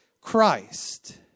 Christ